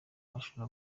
mashuri